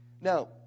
Now